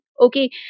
okay